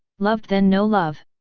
loved then know love.